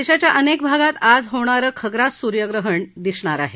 देशाच्या अनेक भागात आज होणारं खग्रास सूर्यग्रहण दिसणार आहे